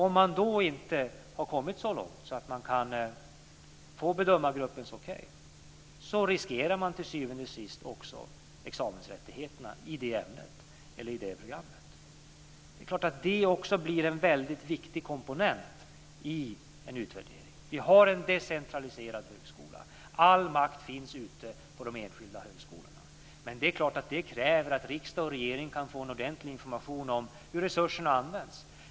Om man då inte har kommit så långt att man kan få bedömargruppens okej riskerar man till syvende och sist också examensrättigheterna i det ämnet eller i det programmet. Det är klart att det också blir en väldigt viktig komponent i en utvärdering. Vi har en decentraliserad högskola. All makt finns ute på de enskilda högskolorna. Men det är klart att det kräver att riksdag och regering kan få en ordentlig information om hur resurserna används.